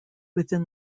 within